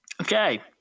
Okay